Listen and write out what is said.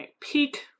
peak